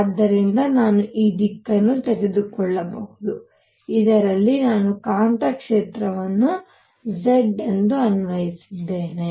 ಆದ್ದರಿಂದ ನಾನು ಈ ದಿಕ್ಕನ್ನು ತೆಗೆದುಕೊಳ್ಳಬಹುದು ಇದರಲ್ಲಿ ನಾನು ಕಾಂತಕ್ಷೇತ್ರವನ್ನು z ಎಂದು ಅನ್ವಯಿಸಿದ್ದೇನೆ